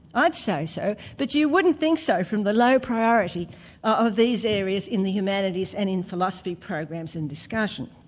i'd say so, but you wouldn't think so from the low priority of these areas in the humanities and in philosophy programs in discussion.